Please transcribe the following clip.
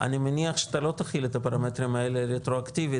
אני מניח שאתה לא תפעיל את הפרמטרים האלה רטרואקטיבית